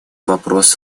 вопрос